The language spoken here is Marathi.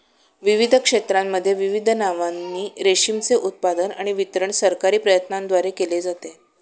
विविध क्षेत्रांमध्ये विविध नावांनी रेशीमचे उत्पादन आणि वितरण सरकारी प्रयत्नांद्वारे केले जाते